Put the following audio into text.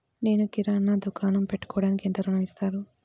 నేను కిరాణా దుకాణం పెట్టుకోడానికి ఎంత ఋణం ఇస్తారు?